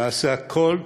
נעשה הכול,